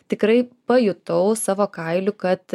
tikrai pajutau savo kailiu kad